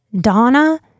Donna